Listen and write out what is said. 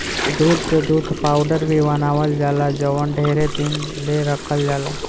दूध से दूध पाउडर भी बनावल जाला जवन ढेरे दिन ले रखल जाला